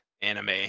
anime